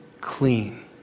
clean